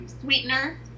sweetener